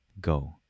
Go